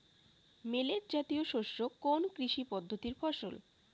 Millet জাতীয় শস্য কোন কৃষি পদ্ধতির ফসল?